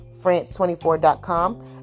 France24.com